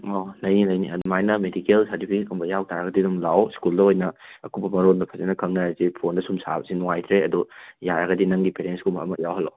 ꯑꯣ ꯂꯩꯅꯤ ꯂꯩꯅꯤ ꯑꯗꯨꯃꯥꯏꯅ ꯃꯦꯗꯤꯀꯦꯜ ꯁꯥꯔꯇꯤꯐꯤꯀꯦꯠꯀꯨꯝꯕ ꯌꯥꯎꯇꯥꯔꯒꯗꯤ ꯑꯗꯨꯝ ꯂꯥꯛꯑꯣ ꯁ꯭ꯀꯨꯜꯗ ꯑꯣꯏꯅ ꯑꯀꯨꯞꯄ ꯃꯔꯣꯟꯗꯣ ꯐꯖꯅ ꯈꯪꯅꯔꯁꯤ ꯐꯣꯟꯗ ꯁꯨꯝ ꯁꯥꯕꯁꯦ ꯅꯨꯡꯉꯥꯏꯇ꯭ꯔꯦ ꯑꯗꯨ ꯌꯥꯔꯒꯗꯤ ꯅꯪꯒꯤ ꯄꯦꯔꯦꯟꯠꯁꯀꯨꯝꯕ ꯑꯃ ꯌꯥꯎꯍꯜꯂꯛꯑꯣ